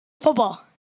Football